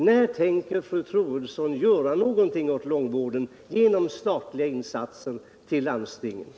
När tänker fru Troedsson genom statliga insatser till landstingen göra någonting åt långtidssjukvården?